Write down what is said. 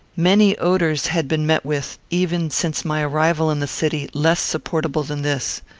many odours had been met with, even since my arrival in the city, less supportable than this.